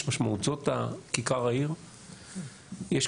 יש משמעות.